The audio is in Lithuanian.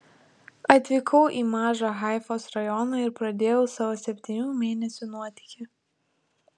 atvykau į mažą haifos rajoną ir pradėjau savo septynių mėnesių nuotykį